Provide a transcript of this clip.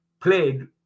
played